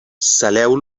saleu